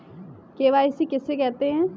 KYC किसे कहते हैं?